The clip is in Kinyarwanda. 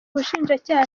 bushinjacyaha